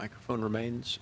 microphone remains